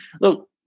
look